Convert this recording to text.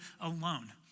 alone